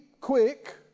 quick